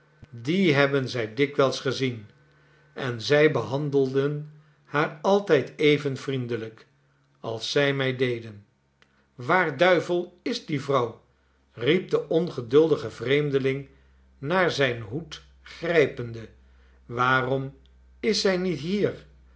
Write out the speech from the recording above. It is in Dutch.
die hebben zij dikwijls gezien en zij behandelden haar altijd even vriendelijk als zij mij deden waar duivel is die vrouw riep de ongeduldige vreemdeling naar zijn hoed grijpende waarom is zij niet hier